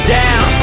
down